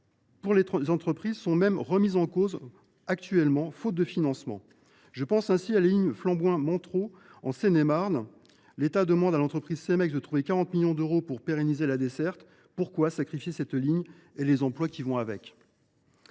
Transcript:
pour les entreprises sont même remises en cause, faute de financement. Je pense ainsi à la ligne de Flamboin Gouaix à Montereau, en Seine et Marne : l’État demande à l’entreprise Cemex de trouver 40 millions d’euros pour pérenniser la desserte. Pourquoi sacrifier cette ligne et les emplois qui vont avec ?